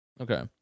okay